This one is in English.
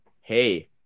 hey